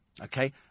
okay